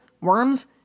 Worms